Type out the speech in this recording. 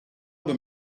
them